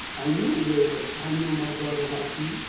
i knew who they were. i knew my brother haki.